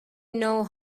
know